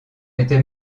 était